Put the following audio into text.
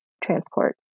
transport